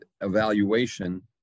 evaluation